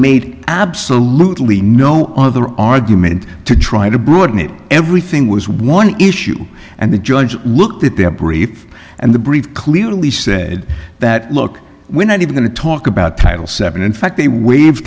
made absolutely no other argument to try to broaden it everything was one issue and the judge looked at their brief and the brief clearly said that look we're not even to talk about title seven in fact they waive